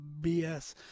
BS